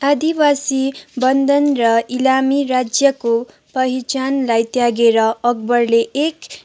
आदिवासी बन्धन र इस्लामी राज्यको पहिचानलाई त्यागेर अकबरले एक